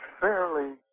fairly